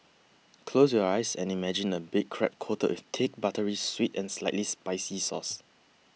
close your eyes and imagine a big crab coated with thick buttery sweet and slightly spicy sauce